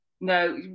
No